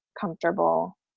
comfortable